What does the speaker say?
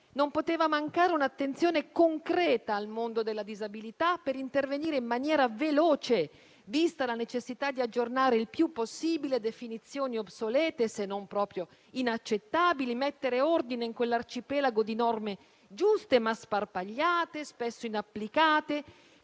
non poteva mancare un'attenzione concreta al mondo della disabilità per intervenire in maniera veloce, vista la necessità di aggiornare il più possibile definizioni obsolete, se non proprio inaccettabili, e mettere ordine in quell'arcipelago di norme giuste, ma sparpagliate, spesso inapplicate,